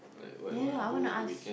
you know I want to ask